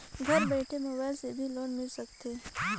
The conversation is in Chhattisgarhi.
घर बइठे मोबाईल से भी लोन मिल सकथे का?